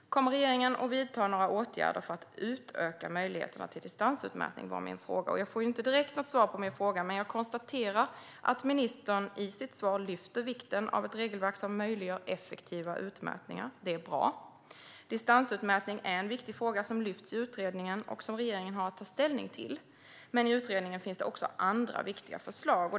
Kommer regeringen att vidta några åtgärder för att utöka möjligheterna till distansutmätning? Det var min fråga. Jag får inte direkt något svar på min fråga, men jag konstaterar att ministern i sitt svar lyfter vikten av ett regelverk som möjliggör effektiva utmätningar. Det är bra. Distansutmätning är en viktig fråga som lyfts i utredningen och som regeringen har att ta ställning till. Men i utredningen finns det också andra viktiga förslag.